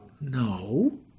No